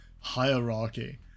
hierarchy